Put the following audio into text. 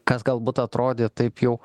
kas galbūt atrodė taip jau